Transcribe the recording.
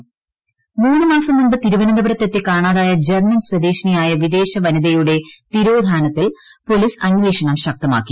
അന്വേഷണം മൂന്ന് മാസം മുമ്പ് തിരുവനന്തപുരത്തെത്തി കാണാതായ ജർമ്മൻ സ്വദേശിനിയായ വിദേശ വനിതയുടെ തിരോധാനത്തിൽ പോലീസ് അന്വേഷണം ശക്തമാക്കി